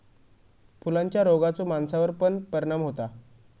फुलांच्या रोगाचो माणसावर पण परिणाम होता